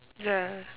ya